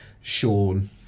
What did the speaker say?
Sean